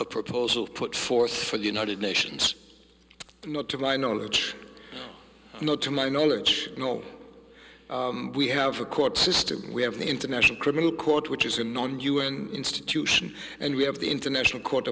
a proposal put forth for the united nations not to my knowledge no to my knowledge no we have a court system we have the international criminal court which is an institution and we have the international court